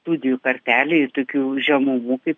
studijų kartelę ir tokių žemumų kaip